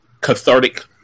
cathartic